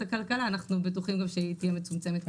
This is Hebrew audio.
הכלכלה אנחנו בטוחים שהפגיעה תהיה מצומצמת.